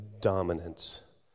dominance